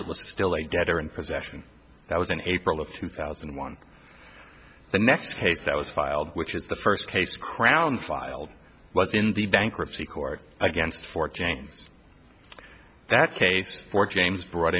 it was still a debtor in possession that was in april of two thousand and one the next case that was filed which is the first case crown filed was in the bankruptcy court against for james that case for james bro